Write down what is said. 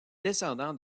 descendants